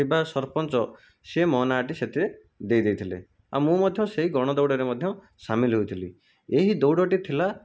ଥିବା ସରପଞ୍ଚ ସିଏ ମୋ ନାଁ ଟି ସେଇଥିରେ ଦେଇଦେଇଥିଲେ ଆଉ ମୁଁ ମଧ୍ୟ ସେଇ ଗଣଦୌଡ଼ରେ ମଧ୍ୟ ସାମିଲ ହୋଇଥିଲି ଏହି ଦୌଡ଼ଟି ଥିଲା